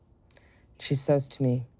she says to me,